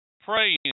Praying